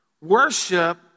worship